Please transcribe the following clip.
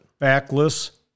Factless